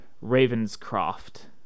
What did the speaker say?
Ravenscroft